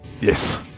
Yes